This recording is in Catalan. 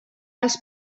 els